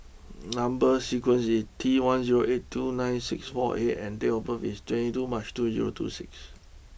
number sequence is T one zero eight two nine six four A and date of birth is twenty two March two zero two six